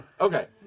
Okay